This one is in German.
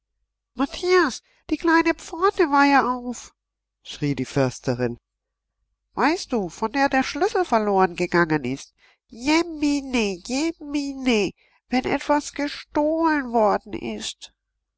matthias die kleine pforte war ja auf schrie die försterin weißt du von der der schlüssel verloren gegangen ist jemine jemine wenn etwas gestohlen worden ist